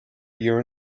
year